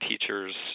teachers